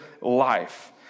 life